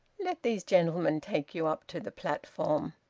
let these gentlemen take you up to the platform.